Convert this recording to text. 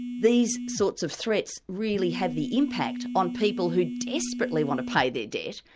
these sorts of threats really have the impact on people who desperately want to pay their debt,